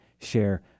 share